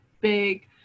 big